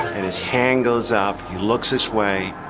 and his hand goes up, he looks this way,